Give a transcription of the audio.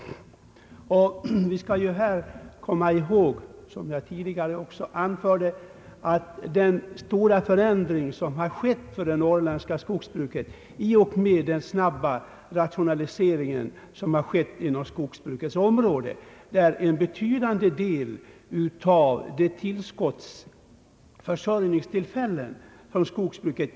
Vi skall i detta sammanhang komma ihåg — som jag tidigare också anförde — att den stora förändring som skett i det norrländska skogsbruket i och med den snabba rationaliseringen medfört att en betydande del av skogsbrukets tillskott av försörjningstillfällen har fallit bort.